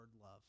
love